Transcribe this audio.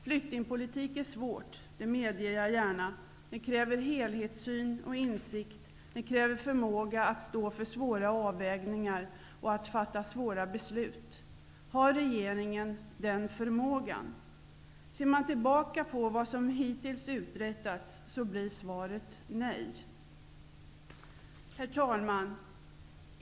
Flyktingpolitik är svårt. Det medger jag gärna. Den kräver hel hetssyn och insikt. Den kräver förmåga att stå för svåra avvägningar och att fatta svåra beslut. Har regeringen den förmågan? Ser man tillbaka på vad som hittills uträttats blir svaret nej. Herr talman!